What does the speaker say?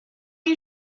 you